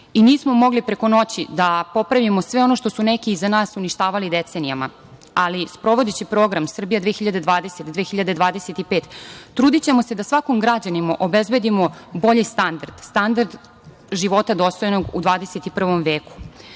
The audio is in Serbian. I nismo mogli preko noći da popravimo sve ono što su neki iza nas uništavali decenijama, ali sprovodeći program „Srbija 2020-2025“ trudićemo se da svakom građaninu obezbedimo bolji standard, standard života dostojnog u 21. veku. Veoma